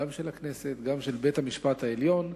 גם של הכנסת וגם של בית-המשפט העליון,